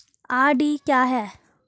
RD क्या है?